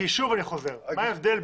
הזמנה למבחן.